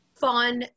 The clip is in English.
fun